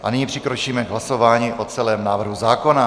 A nyní přikročíme k hlasování o celém návrhu zákona.